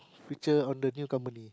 future on the new company